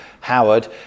Howard